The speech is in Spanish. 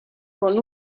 con